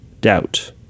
doubt